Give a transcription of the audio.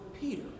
Peter